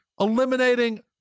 Eliminating